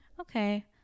Okay